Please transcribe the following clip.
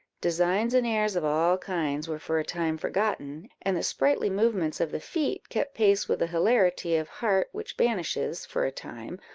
designs and airs of all kinds were for a time forgotten, and the sprightly movements of the feet kept pace with the hilarity of heart which banishes, for a time,